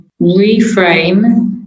reframe